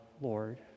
Lord